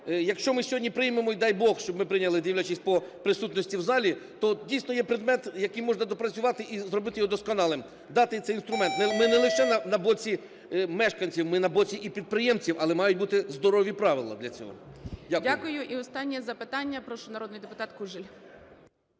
якщо ми сьогодні приймемо і, дай Бог, щоб ми прийняли, дивлячись по присутності в залі, то дійсно є предмет, який можна доопрацювати і зробити його досконалим, дати цей інструмент, ми не лише на боці мешканців, ми на боці і підприємців, але мають бути здорові правила для цього. Дякую. ГОЛОВУЮЧИЙ. Дякую. І останнє запитання, прошу народний депутат Кужель.